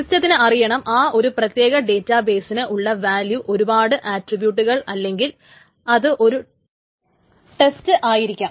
സിസ്റ്റത്തിന് അറിയണം ആ ഒരു പ്രത്യേക ഡേറ്റാ ബെസിന് ഉള്ള വാല്യുവിന് ഒരുപാട് ആട്രിബ്യൂട്ടുകൾ അല്ലെങ്കിൽ അത് ഒരു ടെസ്റ്റ് ആയിരിക്കാം